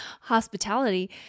Hospitality